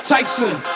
Tyson